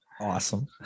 awesome